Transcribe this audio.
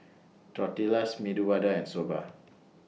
Tortillas Medu Vada and Soba